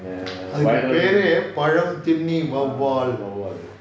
அதுக்கு பெயரே பழம் தின்னி வவ்வால்:athuku paerae pazham thinni vavval